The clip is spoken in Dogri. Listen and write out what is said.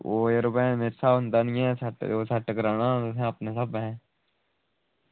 ओह् यरो होंदा निं ऐ सेट ते ओह् तुसें सेट कराना हा अपने स्हाबै दा